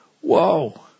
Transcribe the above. Whoa